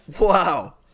Wow